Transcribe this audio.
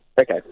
Okay